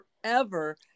forever